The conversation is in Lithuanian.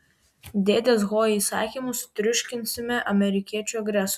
dėdės ho įsakymu sutriuškinsime amerikiečių agresorius